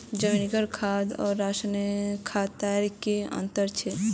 जैविक खाद आर रासायनिक खादोत की अंतर छे?